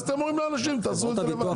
אז אתם אומרים לאנשים: "תעשו את זה לבד".